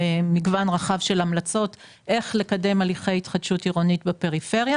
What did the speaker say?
מגוון רחב של המלצות איך לקדם הליכי התחדשות עירונית בפריפריה,